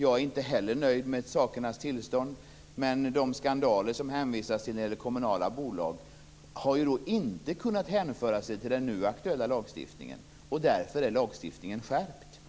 Jag är inte heller nöjd med sakernas tillstånd, men de skandaler som hänvisas till när det gäller kommunala bolag har inte kunnat hänföra sig till den nu aktuella lagstiftningen. Den är skärpt.